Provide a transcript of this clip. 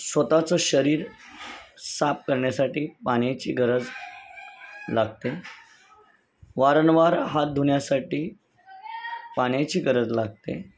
स्वत चं शरीर साफ करण्यासाठी पाण्याची गरज लागते वारंवार हात धुण्यासाठी पाण्याची गरज लागते